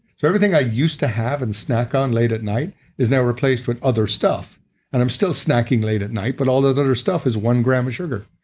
so everything i used to have and snack on late at night is now replaced with other stuff and i'm still snacking late at night, but all that other stuff is one gram of sugar.